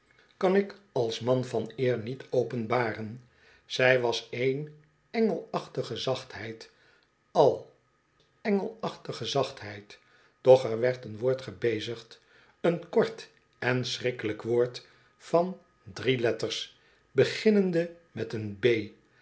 kan ik als man van eer niet openbaren zij was één engelachtige zachtheid al engelachtige zachtheid doch er werd een woord gebezigd een kort en schrikkelijk woord van drie letters beginnende met een b